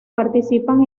participan